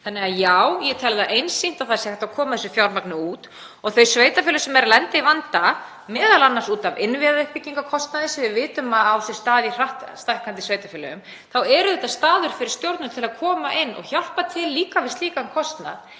Þannig að já, ég tel einsýnt að það sé hægt að koma þessu fjármagni út og þau sveitarfélög sem hafa lent í vanda, m.a. út af innviðauppbyggingarkostnaði, sem við vitum að á sér stað í hratt stækkandi sveitarfélögum, þá er þetta staður fyrir stjórnvöld til að koma inn og hjálpa til við slíkan kostnað.